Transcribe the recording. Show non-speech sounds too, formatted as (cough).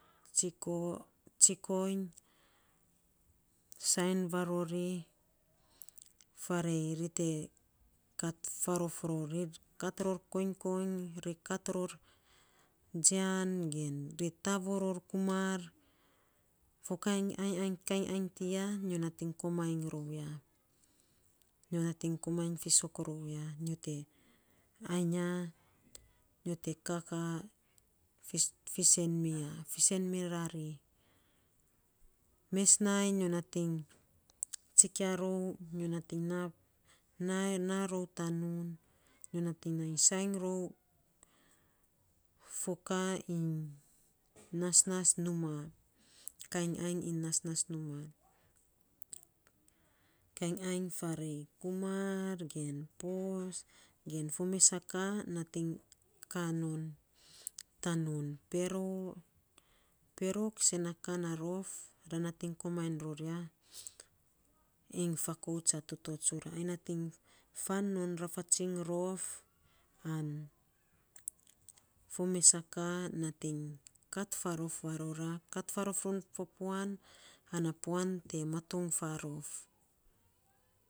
(hesitation) tsiko, tsikoiny sainy varori faarei ti te kat faarof rori, kat koiny koiny, ri kat ror jian ge ri tavoo ror kumar, fo kainy ainy ainy kainy ainy tiya nyo nating komainyrou ya. Nyo nating komainy fisok rou ya. Nyo te ainy ya, nyo te kakaa fiisen mi fiisen mee rari. Mes nainy nyo nating tsikia rou. na (hesitation) naa rou tanun nyo nating nai sai rou foka iny nasnas numaa kainy ainy iny nasnas numaa kainy ainy faarei kumar gen pos gen fo mes a kaaa nating kaa non tanun pero. Pero isen na kaa na rof na natiny faan nom rafatsing rof an fo mes a kaa nating kat faarof varora, kat faarof non fo puan an puan te matong faarof.